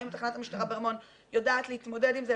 האם תחנת המשטרה ברמון יודעת להתמודד עם זה,